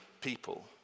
people